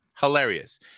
hilarious